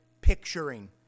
picturing